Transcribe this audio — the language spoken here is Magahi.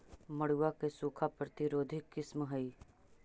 मड़ुआ के सूखा प्रतिरोधी किस्म हई?